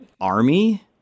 Army